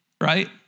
Right